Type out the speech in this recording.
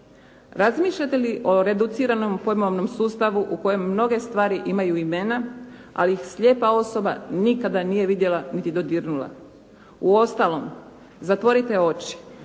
Razmišljate li o reduciranom pojmovnom sustavu u kojem mnoge stvari imaju imena ali ih slijepa osoba nikada nije vidjela niti dodirnula. Uostalom zatvorite oči